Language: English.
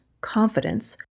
confidence